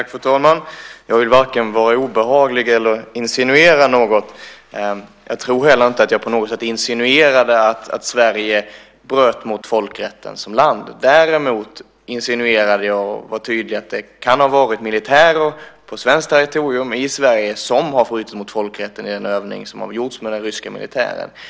Fru talman! Jag vill varken vara obehaglig eller insinuera något. Jag tror heller inte att jag på något sätt insinuerade att Sverige bröt mot folkrätten som land. Däremot var jag tydlig med att det kan ha varit militärer på svenskt territorium, i Sverige, som har brutit mot folkrätten, i den övning som har gjorts med den ryska militären.